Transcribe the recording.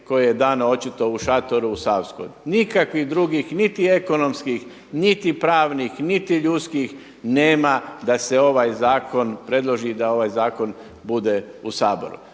koje je dano očito u šatoru u Savskoj. Nikakvih drugih, niti ekonomskih niti pravnih niti ljudskih nema da se ovaj zakon predloži, da ovaj zakon bude u Saboru.